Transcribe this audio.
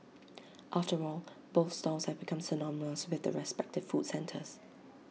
after all both stalls have become synonymous with the respective food centres